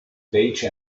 beige